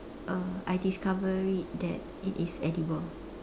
uh I discover it that it is edible